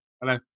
Hello